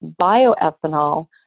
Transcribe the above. bioethanol